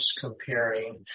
comparing